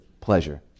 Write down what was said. pleasure